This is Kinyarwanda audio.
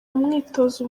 umwitozo